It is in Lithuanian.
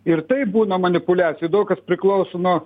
ir taip būna manipuliacijų daug kas priklauso nuo